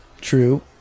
True